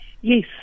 Yes